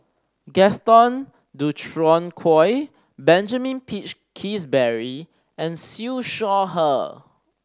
Gaston Dutronquoy Benjamin Peach Keasberry and Siew Shaw Her